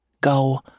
go